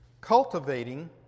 Cultivating